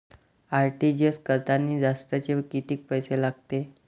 RTGS करतांनी जास्तचे कितीक पैसे लागते?